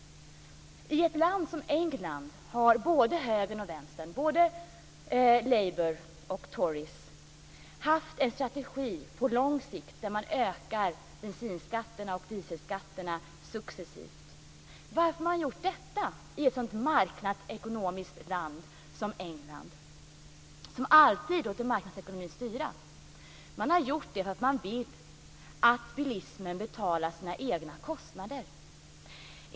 I ett land som England har både högern och vänstern, både Labour och Tories, haft en strategi på lång sikt som innebär att man ökar bensinskatterna och dieselskatterna successivt. Varför har man gjort detta i ett marknadsekonomiskt land som England, som alltid låter marknadsekonomin styra? Man har gjort det därför att man vill att bilismen betalar sina egna kostnader.